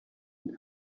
and